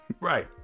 Right